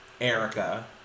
Erica